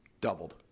Doubled